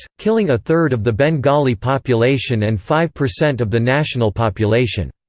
killing a third of the bengali population and five percent of the national population.